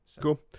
Cool